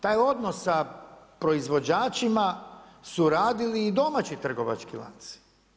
Taj odnos sa proizvođačima su radili i domaći trgovački lanci.